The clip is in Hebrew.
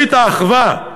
ברית האחווה,